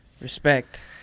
Respect